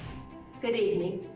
good evening.